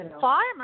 farmers